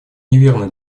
неверно